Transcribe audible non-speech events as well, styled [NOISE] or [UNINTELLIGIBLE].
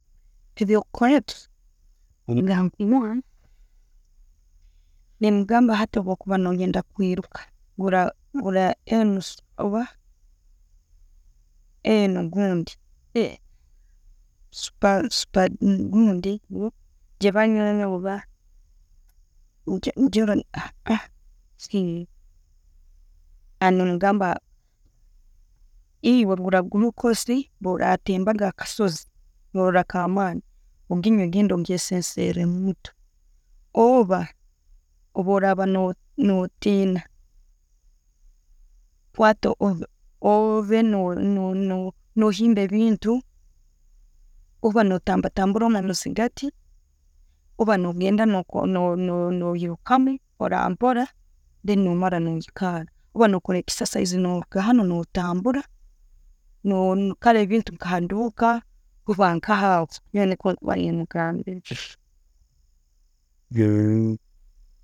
[UNINTELLIGIBLE] Nemugamba, hati bwokuba no yenda kwiruka, gura eno, [HESITATION] nengamba ewe gura glucose, bworatembaga akasozi norora kamani, oginywe, genda ogyesensere omumutwe orba bworaba notina. Kwata, obe no himba ebintu orba notamburatambura omwo muzigati orba nogenda no yirukamu mpora mpora then no mara noikara orba nokoramu exercise, no ruga hanu no tambura, no kale ebintu nka aduuka kuba nka ho, nyonwe nikwo nkuba nemugambira.